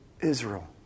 Israel